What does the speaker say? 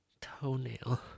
toenail